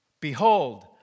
Behold